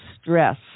stress